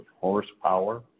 horsepower